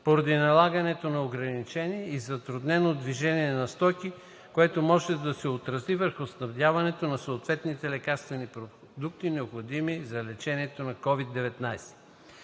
поради налагането на ограничения и затрудненото движение на стоки, което може да се отрази върху снабдяването на съответните лекарствени продукти, необходими при лечението на COVID-19.